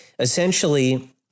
Essentially